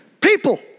People